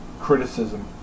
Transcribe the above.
criticism